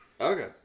Okay